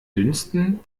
dünsten